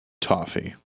toffee